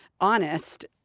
honest